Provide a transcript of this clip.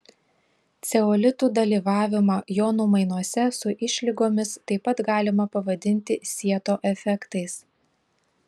ceolitų dalyvavimą jonų mainuose su išlygomis taip pat galima pavadinti sieto efektais